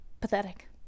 pathetic